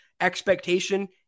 expectation